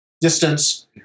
distance